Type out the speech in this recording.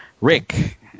Rick